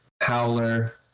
howler